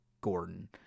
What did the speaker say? Gordon